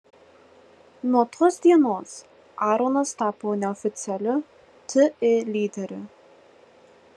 nuo tos dienos aronas tapo neoficialiu ti lyderiu